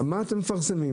מה אתם מפרסמים?